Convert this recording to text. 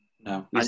No